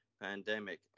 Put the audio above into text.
pandemic